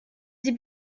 sie